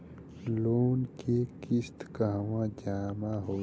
Loan के किस्त कहवा जामा होयी?